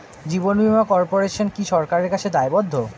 জীবন বীমা কর্পোরেশন কি সরকারের কাছে দায়বদ্ধ?